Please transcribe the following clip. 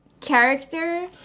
character